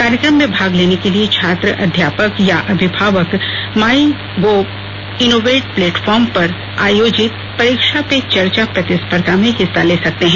कार्यक्रम में भाग लेने के लिए छात्र अध्यापक या अभिभावक मई गोव इनोवेट प्लेटफार्म पर आयोजित परीक्षा पे चर्चा प्रतिस्पर्धा में हिस्सा ले सकते हैं